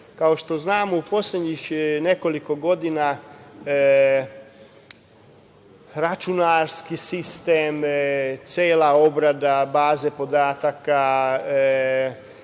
Kao što znamo, u poslednjih nekoliko godina računarski sistem, cela obrada baze podataka,